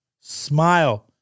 Smile